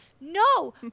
no